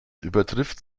übertrifft